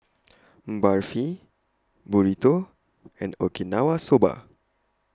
Barfi Burrito and Okinawa Soba